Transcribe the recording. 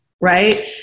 right